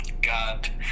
God